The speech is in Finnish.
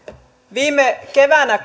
viime keväänä